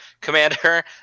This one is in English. Commander